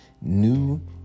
new